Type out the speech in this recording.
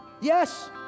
Yes